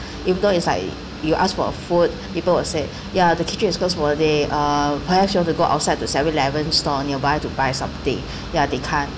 you know it's like you ask for a food people will say ya the kitchen is closed for the day uh perhaps you want to go outside to seven eleven store nearby to buy something ya they can't